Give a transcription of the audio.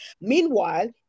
meanwhile